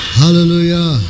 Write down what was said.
hallelujah